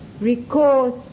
recourse